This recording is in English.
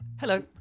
Hello